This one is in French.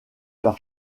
par